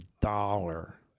dollar